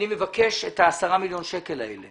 אני מבקש את ה-10 מיליון שקלים האלה,